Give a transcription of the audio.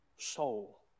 soul